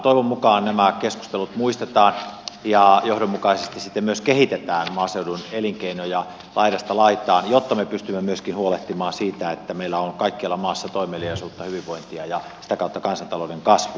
toivon mukaan nämä keskustelut muistetaan ja johdonmukaisesti sitten myös kehitetään maaseudun elinkeinoja laidasta laitaan jotta me pystymme myöskin huolehtimaan siitä että meillä on kaikkialla maassa toimeliaisuutta hyvinvointia ja sitä kautta kansantalouden kasvua